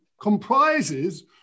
comprises